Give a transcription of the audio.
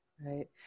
Right